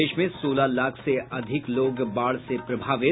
प्रदेश में सोलह लाख से अधिक लोग बाढ़ से प्रभावित